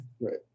Right